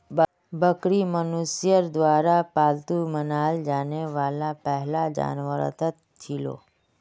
बकरी मनुष्यर द्वारा पालतू बनाल जाने वाला पहला जानवरतत छिलो